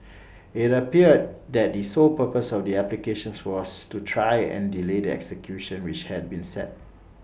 IT appeared that the sole purpose of the applications was to try and delay the execution which had been set